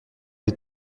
les